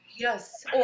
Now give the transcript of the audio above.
Yes